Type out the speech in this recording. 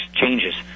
changes